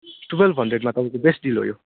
twelve हन्ड्रेडमा तपाईँको best deal हो यो